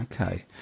okay